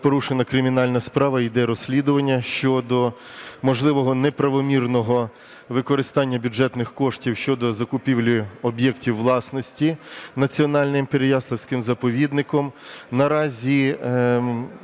порушена кримінальна справа, йде розслідування щодо можливого неправомірного використання бюджетних коштів щодо закупівлі об'єктів власності Національним переяславським заповідником. Наразі